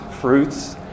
fruits